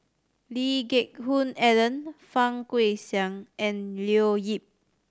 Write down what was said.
Lee Geck Hoon Ellen Fang Guixiang and Leo Yip